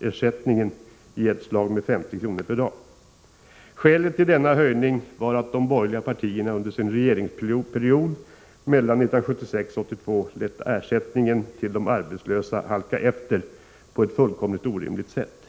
hetsersättningen i ett slag med 50 kr. per dag. Skälet till denna höjning var att de borgerliga partierna under sin regeringsperiod mellan 1976 och 1982 lät ersättningen till de arbetslösa halka efter på ett fullkomligt orimligt sätt.